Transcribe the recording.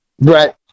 Right